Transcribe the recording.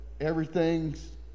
everything's